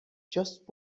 just